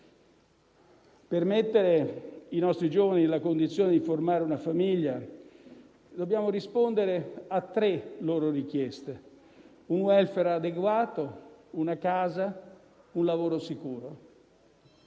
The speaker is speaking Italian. Per mettere i nostri giovani nella condizione di formare una famiglia dobbiamo rispondere a tre loro richieste: un *welfare* adeguato, una casa e un lavoro sicuro.